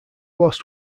lost